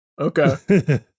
Okay